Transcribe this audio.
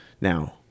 Now